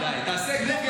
חבר הכנסת שירי,